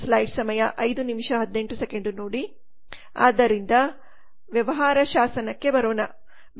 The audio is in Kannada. ಆದ್ದರಿಂದ ವ್ಯವಹಾರ ಶಾಸನಕ್ಕೆ ಬರುತ್ತಿದೆ